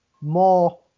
more